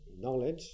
knowledge